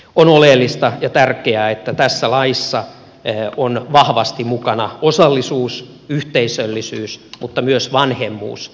on oleellista ja tärkeää että tässä laissa on vahvasti mukana osallisuus yhteisöllisyys mutta myös vanhemmuus